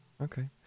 Okay